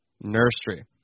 Nursery